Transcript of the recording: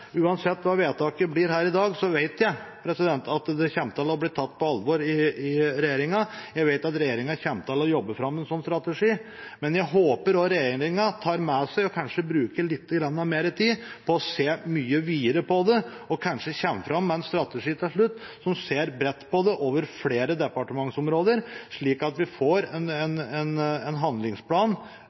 Uansett hvordan vedtaket blir her i dag, vet jeg at det kommer til å bli tatt på alvor i regjeringen, og at regjeringen kommer til å jobbe fram en sånn strategi. Jeg håper regjeringen tar det med seg og kanskje bruker litt mer tid på å se mye videre på det, og at det til slutt kommer fram en bred strategi, over flere departementsområder, slik at vi får en handlingsplan